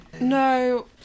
No